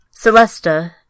Celesta